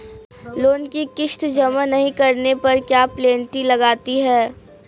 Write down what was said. Loan की किश्त जमा नहीं कराने पर क्या पेनल्टी लगती है?